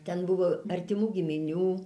ten buvo artimų giminių